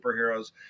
superheroes